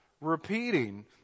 repeating